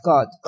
God